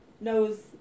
knows